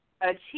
achieve